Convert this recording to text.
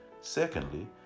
Secondly